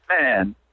man